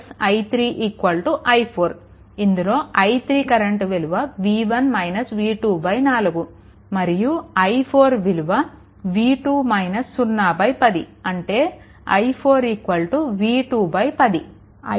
ఇందులో i3 current విలువ 4 మరియు i4 విలువ 10 అంటే i4 v2 10